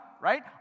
right